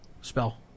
spell